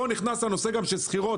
פה נכנס הנושא של שכירות,